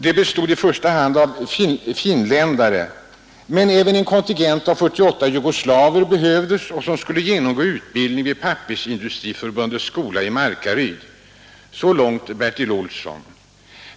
Det gällde i första hand finländare, men även en kontingent av 48 jugoslaver behövdes, och de skulle genomgå utbildning vid Pappersindustriförbundets skola i Markaryd. Så långt Bertil Olsson.